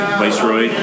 viceroy